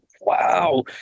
wow